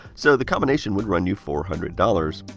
so the combination would run you four hundred dollars.